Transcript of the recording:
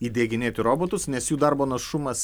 įdieginėti robotus nes jų darbo našumas